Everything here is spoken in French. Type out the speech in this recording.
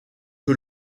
que